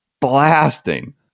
blasting